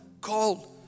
called